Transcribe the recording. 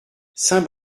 saint